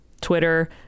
twitter